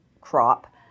crop